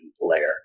layer